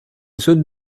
zone